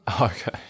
Okay